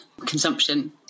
consumption